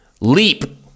leap